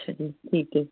ਅੱਛਾ ਜੀ ਠੀਕ ਹੈ